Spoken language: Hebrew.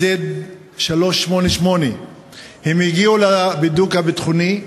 388iz. הן הגיעו לבידוק הביטחוני.